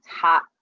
top